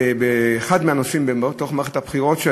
אחד מהנושאים בתוך מערכת הבחירות,